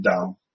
down